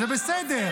זה בסדר.